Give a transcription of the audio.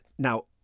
Now